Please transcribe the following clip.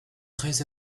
très